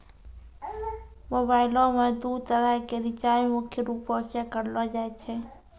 मोबाइलो मे दू तरह के रीचार्ज मुख्य रूपो से करलो जाय छै